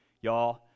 y'all